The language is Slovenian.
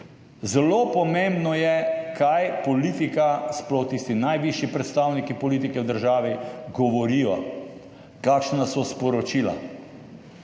Zelo pomembno je kaj politika - sploh tisti najvišji predstavniki politike v državi govorijo - kakšna so sporočila.